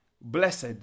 Blessed